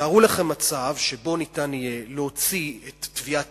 תארו לכם מצב שבו ניתן יהיה להוציא את טביעת